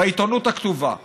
בעיתונות הכתובה,